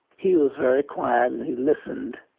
he was very quiet and he listened,